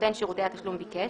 (1)נותן שירותי התשלום ביקש,